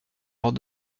lors